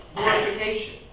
mortification